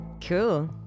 Cool